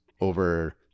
over